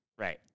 Right